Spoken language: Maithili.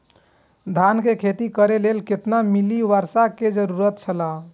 धान के खेती करे के लेल कितना मिली वर्षा के जरूरत छला?